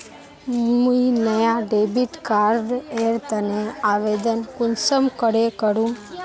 मुई नया debit card एर तने आवेदन कुंसम करे करूम?